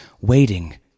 waiting